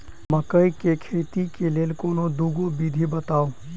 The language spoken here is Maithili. मकई केँ खेती केँ लेल कोनो दुगो विधि बताऊ?